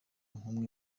nk’umwe